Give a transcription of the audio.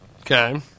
Okay